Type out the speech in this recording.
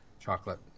chocolate